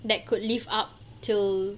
that could live up till